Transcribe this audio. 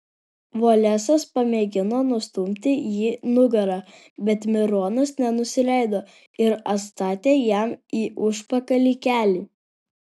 volesas pamėgino nustumti jį nugara bet mironas nenusileido ir atstatė jam į užpakalį kelį